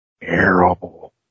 terrible